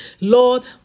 Lord